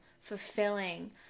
fulfilling